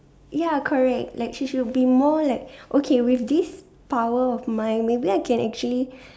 ya correct like she should be more like okay with this power of mine maybe I can actually